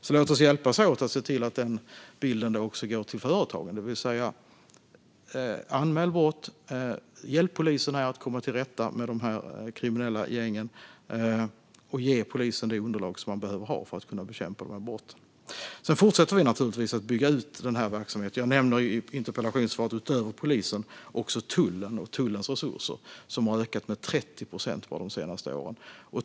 Låt oss därför hjälpas åt att se till att den bilden också går ut till företagen, det vill säga: Anmäl brott och hjälp polisen att komma till rätta med de kriminella gängen genom att ge polisen det underlag som de behöver för att kunna bekämpa dessa brott! Vi fortsätter naturligtvis att bygga ut verksamheten. Utöver polisen nämner jag i interpellationssvaret också tullen och tullens resurser, som har ökat med 30 procent bara de senaste åren.